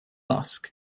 ask